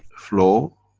flow.